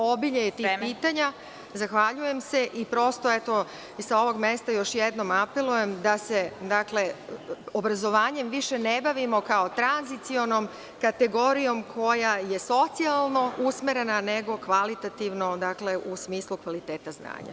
Obilje je tih pitanja. (Predsedavajuća: Vreme.) Zahvaljujem se i prosto sa ovoga mesta još jednom apelujem, da se obrazovanjem više ne bavimo kao tranzicionom kategorijom, koja je socijalno usmerena, nego kvalitativno u smislu kvaliteta znanja.